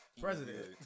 president